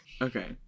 Okay